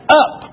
up